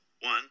One